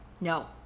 no